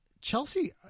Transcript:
Chelsea